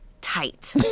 tight